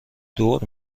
دور